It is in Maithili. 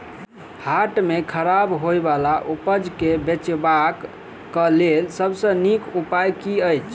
हाट मे खराब होय बला उपज केँ बेचबाक क लेल सबसँ नीक उपाय की अछि?